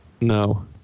No